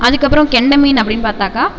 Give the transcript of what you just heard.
அதுக்கப்புறம் கெண்டை மீன் அப்படின்னு பார்த்தாக்கா